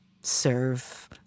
serve